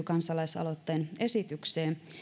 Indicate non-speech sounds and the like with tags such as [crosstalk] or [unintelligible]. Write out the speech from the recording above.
[unintelligible] kansalaisaloitteen esitykseen